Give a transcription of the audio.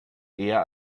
eher